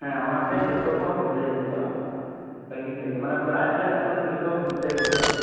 ᱦᱮᱸ ᱚᱱᱟᱛᱮ ᱡᱚᱛᱚ ᱠᱚ ᱦᱟᱱᱛᱮ ᱜᱮᱠᱚ ᱪᱟᱞᱟᱜᱼᱟ ᱥᱟᱺᱜᱤᱧ ᱥᱮᱫ ᱜᱮ ᱢᱟᱱᱮ ᱯᱨᱟᱭ ᱟᱞᱮ ᱟᱛᱳ ᱨᱮᱱ ᱦᱟᱱᱛᱮ ᱜᱮᱠᱚ ᱪᱟᱞᱟᱜᱼᱟ